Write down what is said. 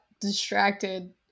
distracted